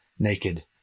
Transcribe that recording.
naked